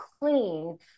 clean